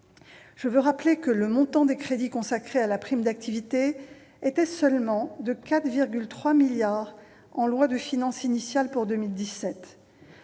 les sénateurs, le montant des crédits consacrés à la prime d'activité était seulement de 4,3 milliards d'euros en loi de finances initiale pour 2017